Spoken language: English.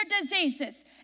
diseases